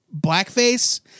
blackface